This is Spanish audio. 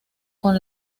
con